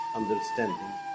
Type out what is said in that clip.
understanding